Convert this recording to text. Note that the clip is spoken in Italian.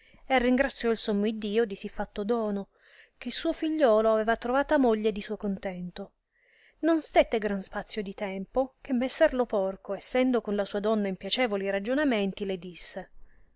e ringraziò il sommo iddio di si fatto dono che suo figliuolo aveva trovata moglie di suo contento non stette gran spazio di tempo che messer lo porco essendo con la sua donna in piacevoli ragionamenti le disse